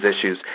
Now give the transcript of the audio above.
issues